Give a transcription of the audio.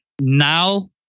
now